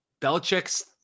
Belichick's